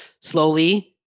slowly